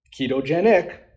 ketogenic